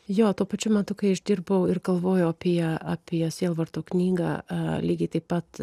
jo tuo pačiu metu kai aš dirbau ir galvojau apie apie sielvarto knygą lygiai taip pat